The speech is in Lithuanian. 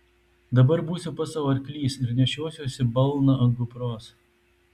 dabar būsiu pats sau arklys ir nešiosiuosi balną ant kupros